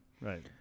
Right